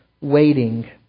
waiting